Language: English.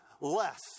less